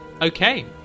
Okay